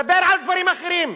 דבר על דברים אחרים.